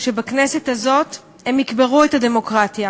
שבכנסת הזאת הם יקברו את הדמוקרטיה,